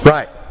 Right